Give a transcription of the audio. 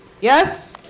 Yes